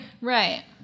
Right